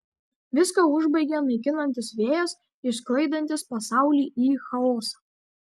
viską užbaigia naikinantis vėjas išsklaidantis pasaulį į chaosą